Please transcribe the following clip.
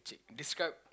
describe